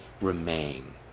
remain